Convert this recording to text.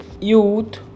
youth